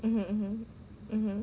mm mm mm